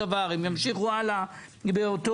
יושב המשרד להגנת הסביבה ויש שם הרבה מאוד